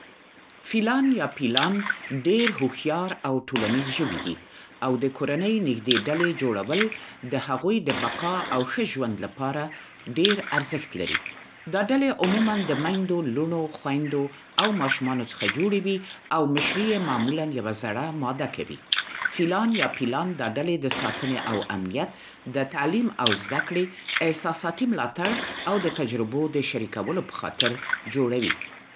فیلان یا پیلان ډېر هوښیار او ټولنیز ژوي دي او د کورنۍ نږدې ډلې جوړول د هغوی د بقا او ښه ژوند لپاره ډېر ارزښت لري. دا ډلې عموماً د میندو، لوڼو، خویندو او ماشومانو څخه جوړې وي او مشرې یې معمولاً یوه زړه ماده کوي. فیلان یا پیلان دا ډلې د ساتنې او امنیت، د تعلیم او زده‌کړې، احساساتي ملاتړ او د تجربو د شریکولو په خاطر جوړوي.